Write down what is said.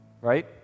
Right